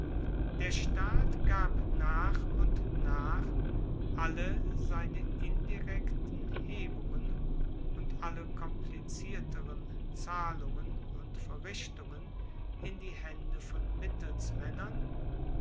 der staat gab nach und nach alle seine indirekten hebungen und alle komplizierteren zahlungen und verrichtungen in die haende von